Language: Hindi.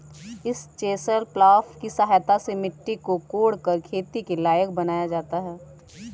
इस चेसल प्लॉफ् की सहायता से मिट्टी को कोड़कर खेती के लायक बनाया जाता है